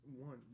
one